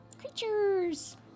Creatures